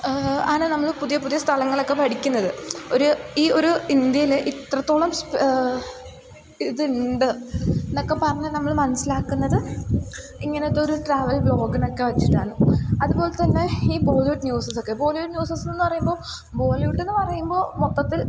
ആണ് നമ്മൾ പുതിയ പുതിയ സ്ഥലങ്ങളൊക്കെ പഠിക്കുന്നത് ഒരു ഈ ഒരു ഇന്ത്യയിൽ ഇത്രത്തോളം ഇതുണ്ട് എന്നൊക്കെ പറഞ്ഞു നമ്മൾ മനസ്സിലാക്കുന്നത് ഇങ്ങനത്തെ ഒരു ട്രാവൽ ബ്ലോഗെന്നൊക്കെ വെച്ചിട്ടാണ് അതു പോലെ തന്നെ ഈ ബോളിവുഡ് ന്യൂസൊക്കെ ബോളിവുഡ് ന്യൂസ് എന്നു പറയുമ്പോൾ ബോളിവുഡ് എന്നു പറയുമ്പോൾ മൊത്തത്തിൽ